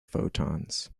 photons